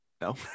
No